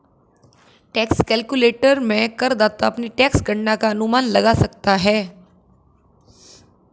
tax calculator में करदाता अपनी टैक्स गणना का अनुमान लगा सकता है